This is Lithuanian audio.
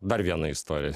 dar viena istorija